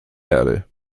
erde